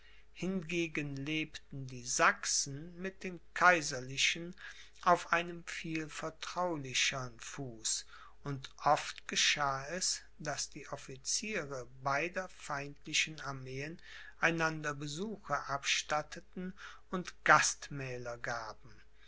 hingegen lebten die sachsen mit den kaiserlichen auf einem viel vertraulichern fuß und oft geschah es daß die officiere beider feindlichen armeen einander besuche abstatteten und gastmähler gaben